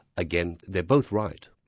again, they're both right.